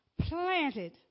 planted